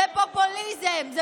זה פופוליזם.